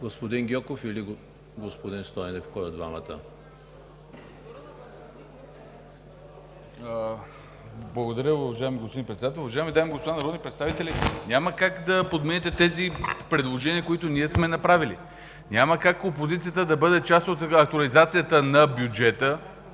господин Стойнев. ДРАГОМИР СТОЙНЕВ (БСП за България): Благодаря, уважаеми господин Председател. Уважаеми дами и господа народни представители! Няма как да подмените тези предложения, които ние сме направили. Няма как опозицията да бъде част от актуализацията на бюджета.